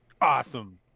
Awesome